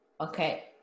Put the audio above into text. Okay